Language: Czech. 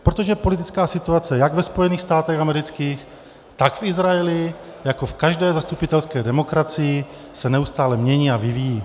Protože politická situace jak ve Spojených státech amerických, tak v Izraeli jako v každé zastupitelské demokracii se neustále mění a vyvíjí.